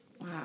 Wow